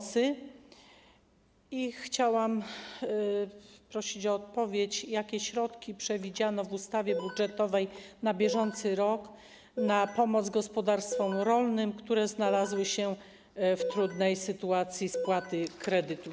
Chciałam prosić też o odpowiedź na pytanie, jakie środki przewidziano w ustawie budżetowej na bieżący rok na pomoc gospodarstwom rolnym, które znalazły się w trudnej sytuacji spłaty kredytów.